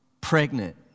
pregnant